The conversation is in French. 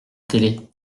télé